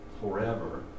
forever